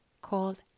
called